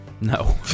No